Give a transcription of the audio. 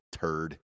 turd